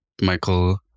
Michael